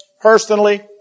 personally